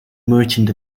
merchant